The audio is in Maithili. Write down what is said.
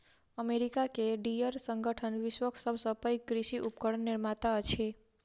अमेरिका के डियर संगठन विश्वक सभ सॅ पैघ कृषि उपकरण निर्माता अछि